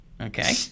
Okay